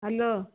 hello